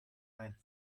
ein